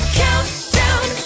countdown